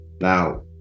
Now